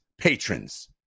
patrons